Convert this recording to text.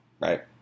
right